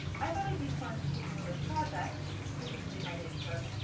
i thought it'd be fun to take one of those projects, specifically my midterm,